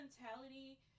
mentality